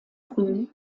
früh